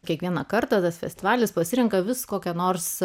kiekvieną kartą tas festivalis pasirenka vis kokią nors